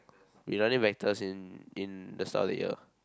they learning vectors in in the start of the year